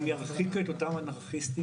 אם ירחיקו את אותם אנרכיסטים,